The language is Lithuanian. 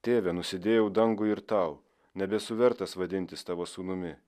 tėve nusidėjau dangui ir tau nebesu vertas vadintis tavo sūnumi